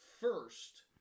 first